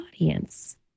audience